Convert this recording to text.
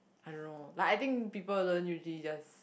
I don't know like I think people don't usually just